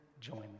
join